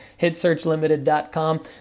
hitsearchlimited.com